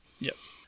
Yes